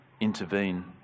intervene